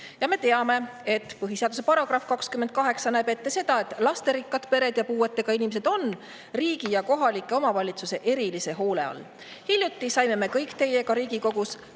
Me teame, et põhiseaduse § 28 näeb ette seda, et lasterikkad pered ja puuetega inimesed on riigi ja kohalike omavalitsuste erilise hoole all. Hiljuti saime me kõik Riigikogus